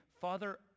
Father